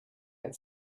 had